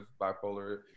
bipolar